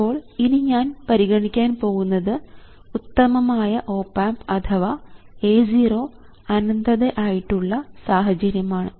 അപ്പോൾ ഇനി ഞാൻ പരിഗണിക്കാൻ പോകുന്നത് ഉത്തമമായ ഓപ് ആമ്പ് അഥവാ A0 അനന്തത ആയിട്ടുള്ള സാഹചര്യം ആണ്